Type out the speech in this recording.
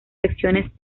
secciones